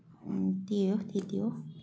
त्यही हो त्यति हो